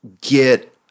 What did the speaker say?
get